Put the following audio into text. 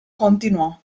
continuò